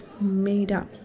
made-up